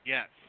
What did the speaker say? Yes